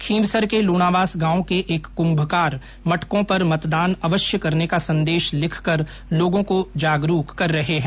खींवसर के लूणावास गांव के एक कुंभकार मटकों पर मतदान अवश्य करने का संदेश लिखकर लोगों को जागरूक कर रहे हैं